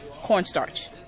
cornstarch